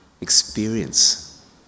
experience